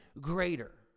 greater